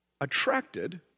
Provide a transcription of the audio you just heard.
attracted